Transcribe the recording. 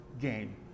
game